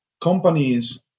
companies